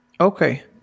Okay